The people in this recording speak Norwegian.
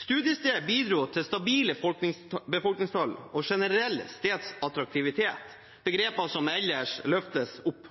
Studiestedet bidro til stabile befolkningstall og en generell stedsattraktivitet – begreper som ellers løftes opp.